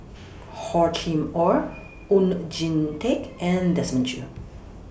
Hor Chim Or Oon Jin Teik and Desmond Choo